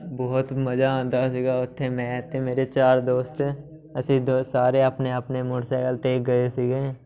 ਬਹੁਤ ਮਜ਼ਾ ਆਉਂਦਾ ਸੀਗਾ ਉੱਥੇ ਮੈਂ ਅਤੇ ਮੇਰੇ ਚਾਰ ਦੋਸਤ ਅਸੀਂ ਦੋ ਸਾਰੇ ਆਪਣੇ ਆਪਣੇ ਮੋਟਰਸਾਈਕਲ 'ਤੇ ਗਏ ਸੀਗੇ